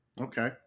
Okay